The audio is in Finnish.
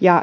ja